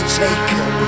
taken